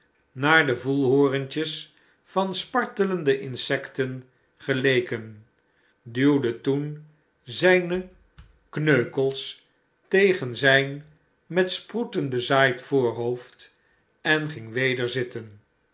naar de voelhorentjes van spartelende insecten geleken duwde toen zijne kneukels tegen zijn met sproeten bezaaid voorhoofd en ging weder zitten